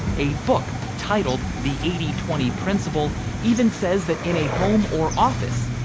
a book titled the eighty twenty principle even says that in a home or office,